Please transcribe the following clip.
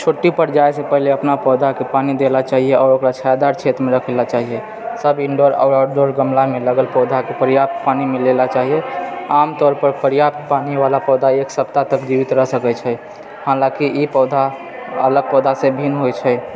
छुट्टी पर जाएसँ पहिले अपना पौधाके पानि देला चाहिए आओर ओकरा छायादार क्षेत्रमे रखए ला चाहिए सब इनडोर आओर आउटडोर गमलामे लगल पौधाके पर्याप्त पानि मिलैला चाही आम तौर पर पर्याप्त पानि वला पौधा एक सप्ताह तक जीवित रहि सकैत छै हालाँकि ई पौधा अलग पौधासँ भिन्न होइत छै